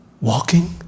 Walking